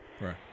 Right